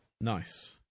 Nice